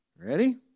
Ready